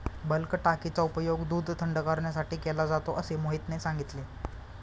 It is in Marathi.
बल्क टाकीचा उपयोग दूध थंड करण्यासाठी केला जातो असे मोहितने सांगितले